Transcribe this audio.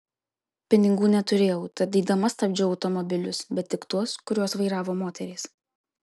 pinigų neturėjau tad eidama stabdžiau automobilius bet tik tuos kuriuos vairavo moterys